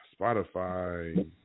Spotify